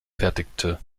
fertigte